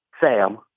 Sam